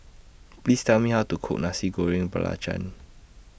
Please Tell Me How to Cook Nasi Goreng Belacan